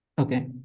okay